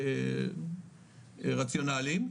רציונליים,